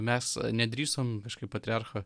mes nedrįsom kažkaip patriarcho